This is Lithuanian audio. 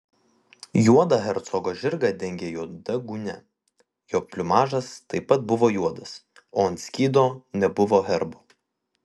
juodą hercogo žirgą dengė juoda gūnia jo pliumažas taip pat buvo juodas o ant skydo nebuvo herbo